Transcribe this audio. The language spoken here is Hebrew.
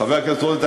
חבר הכנסת רוזנטל,